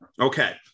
Okay